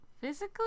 physically